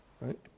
right